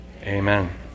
amen